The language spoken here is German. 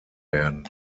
werden